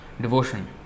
devotion